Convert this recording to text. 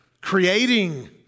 creating